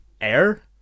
air